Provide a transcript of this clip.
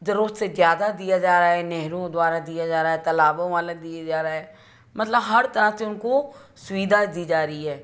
ज़रूरत से ज़्यादा दिया जा रहा है नहरों द्वारा दिया जा रहा है तालाबों वाला दिया जा रहा है मतलब हर तरफ से उनको सुविधा दी जा रही है